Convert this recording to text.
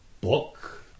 book